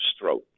throat